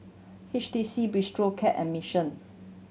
H T C Bistro Cat and Mission